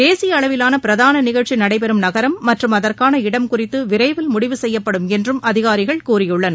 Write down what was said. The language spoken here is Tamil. தேசிய அளவிலாள பிரதான நிகழ்ச்சி நடைபெறும் நகரம் மற்றும் அகற்கான இடம் குறித்து விரைவில் முடிவு செய்யப்படும் என்றும் அதிகாரிகள் கூறியுள்ளனர்